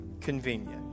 convenient